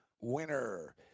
winner